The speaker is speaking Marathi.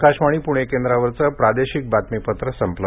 आकाशवाणी पुणे केंद्रावरचं प्रादेशिक बातमीपत्र संपलं